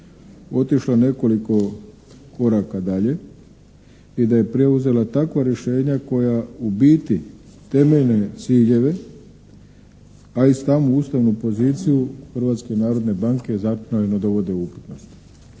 otišla nekoliko koraka dalje i da je preuzela takva rješenja koja u biti temeljne ciljeve, a i samu ustavnu poziciju Hrvatske narodne banke